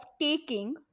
taking